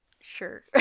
Sure